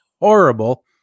horrible